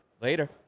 Later